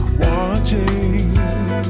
watching